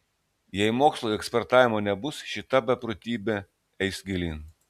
jei mokslo ir ekspertavimo nebus šita beprotybė eis gilyn